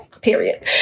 period